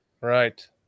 Right